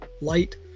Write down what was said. light